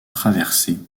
traverser